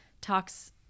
talks